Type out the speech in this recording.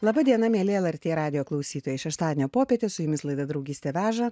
laba diena mieli lrt radijo klausytojai šeštadienio popietę su jumis laida draugystė veža